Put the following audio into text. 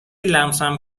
لمسم